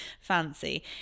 fancy